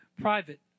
private